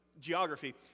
geography